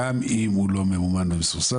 גם אם הוא לא ממומן ומסובסד,